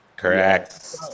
Correct